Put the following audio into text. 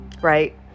Right